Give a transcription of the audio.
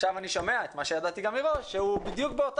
עכשיו אני שומע את מה שידעתי גם מראש שהוא בדיוק באותה